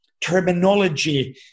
terminology